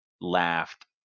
laughed